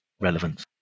relevance